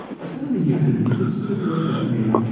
was that in the humanities institute? where did that meet?